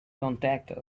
contact